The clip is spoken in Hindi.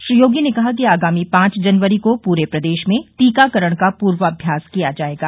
श्री योगी ने कहा कि आगामी पांच जनवरी को पूरे प्रदेश में टीकाकरण का पूर्वाभ्यास किया जायेगा